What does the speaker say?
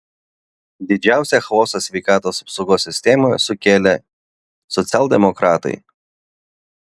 didžiausią chaosą sveikatos apsaugos sistemoje sukėlė socialdemokratai